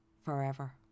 forever